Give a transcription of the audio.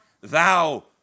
thou